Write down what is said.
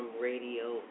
radio